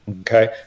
Okay